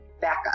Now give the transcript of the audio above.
backup